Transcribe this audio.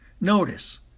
Notice